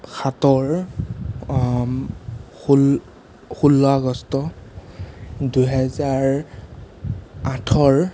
সাতৰ ষোল ষোল্ল আগষ্ট দুহেজাৰ আঠৰ